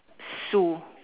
Sue